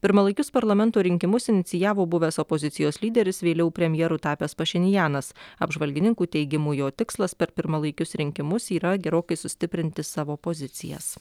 pirmalaikius parlamento rinkimus inicijavo buvęs opozicijos lyderis vėliau premjeru tapęs pašinjanas apžvalgininkų teigimu jo tikslas per pirmalaikius rinkimus yra gerokai sustiprinti savo pozicijas